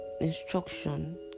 instruction